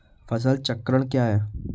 फसल चक्रण क्या है?